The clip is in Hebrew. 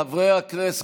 חברי הכנסת,